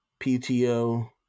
PTO